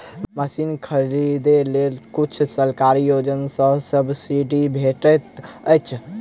Machine खरीदे लेल कुन सरकारी योजना सऽ सब्सिडी भेटैत अछि?